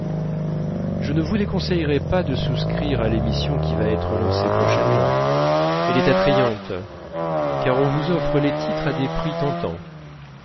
je ne vous déconseillerais pas de souscrire à l'émission qui va être lancée prochainement elle est attrayante car on vous offre les titres à des prix tentants